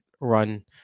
run